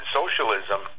socialism